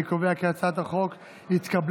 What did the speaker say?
אני קובע כי הצעת החוק התקבלה,